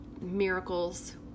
miracles